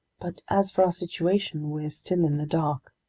but as for our situation, we're still in the dark.